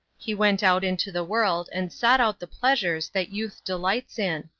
he went out into the world and sought out the pleasures that youth delights in.